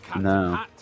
No